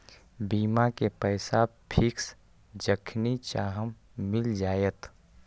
बीमा के पैसा फिक्स जखनि चाहम मिल जाएत?